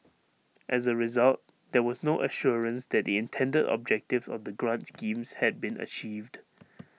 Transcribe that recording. as A result there was no assurance that the intended objectives of the grant schemes had been achieved